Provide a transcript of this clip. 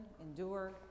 endure